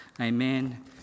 Amen